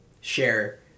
share